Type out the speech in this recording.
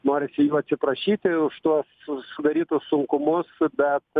norisi jų atsiprašyti už tuos už sudarytus sunkumus bet